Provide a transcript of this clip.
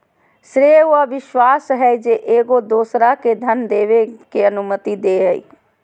श्रेय उ विश्वास हइ जे एगो दोसरा के धन देबे के अनुमति दे हइ